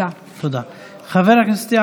תודה, חברת הכנסת.